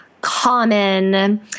common